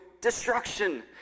destruction